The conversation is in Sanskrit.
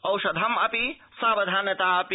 औषधम् अपि सावधानता अपि